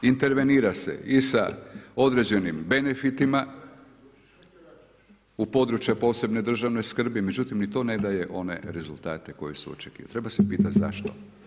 Intervenira se i sa određenim benefitima u područja posebna državne skrbi, međutim, ni to ne daje one rezultate koje su očekivali, treba se pitati zašto.